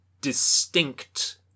distinct